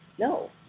No